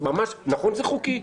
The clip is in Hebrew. ממש נכון שזה חוקי,